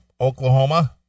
Oklahoma